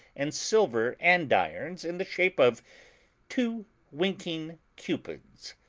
and silver andirons in the shape of two winking cupids.